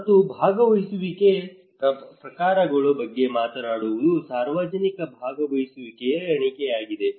ಮತ್ತು ಭಾಗವಹಿಸುವಿಕೆಯ ಪ್ರಕಾರಗಳ ಬಗ್ಗೆ ಮಾತನಾಡುವುದು ಸಾರ್ವಜನಿಕ ಭಾಗವಹಿಸುವಿಕೆಯ ಏಣಿಯಾಗಿದೆ